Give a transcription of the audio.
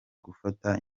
gufata